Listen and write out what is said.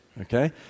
okay